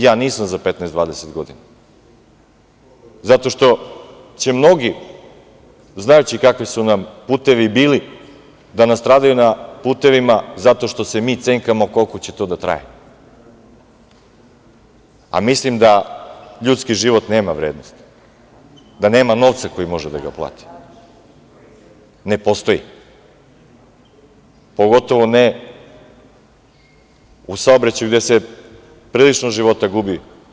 Ja nisam za 15 – 20 godina, zato što će mnogi, znajući kakvi su nam putevi bili, da nastradaju na putevima zato što se mi cenkamo koliko će to da traje, a mislim da ljudski život nema vrednost, da nema novca koji može da ga plati, ne postoji, pogotovo ne u saobraćaju, gde se prilično života gubi.